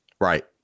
Right